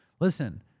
Listen